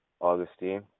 Augustine